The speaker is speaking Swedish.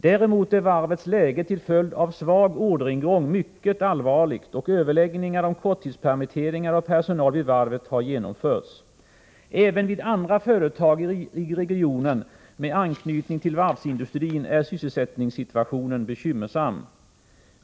Däremot är varvets läge till följd av svag orderingång mycket allvarligt, och överläggningar om korttidspermitteringar av personal vid varvet har genomförts. Även vid andra företag i regionen med anknytning till varvsindustrin är sysselsättningssituationen bekymmersam.